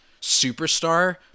superstar